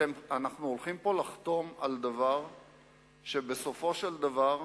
אנחנו הולכים פה לחתום על דבר שבסופו של דבר,